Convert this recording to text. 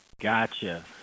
Gotcha